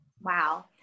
Wow